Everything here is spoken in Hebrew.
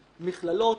מכללות,